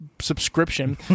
subscription